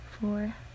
four